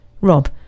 Rob